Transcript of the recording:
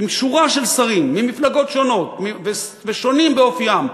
עם שורה של שרים ממפלגות שונות ושונים באופיים,